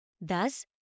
Thus